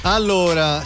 Allora